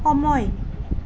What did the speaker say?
সময়